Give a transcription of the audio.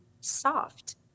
soft